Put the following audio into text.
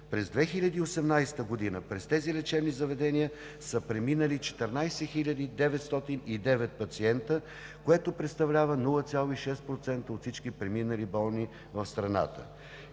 През 2018 г. през тези лечебни заведения са преминали 14 хиляди 909 пациенти, което представлява 0,6% от всички преминали болни в страната.